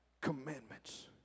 commandments